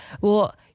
well-